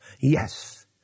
yes